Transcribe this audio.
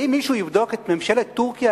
האם מישהו יבדוק את ממשלת טורקיה,